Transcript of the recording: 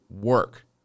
work